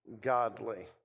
godly